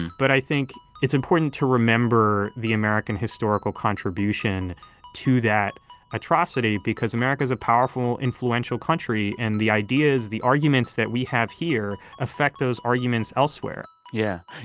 but i think it's important to remember the american historical contribution to that atrocity because america is a powerful, influential country. and the ideas the arguments that we have here affect those arguments elsewhere yeah.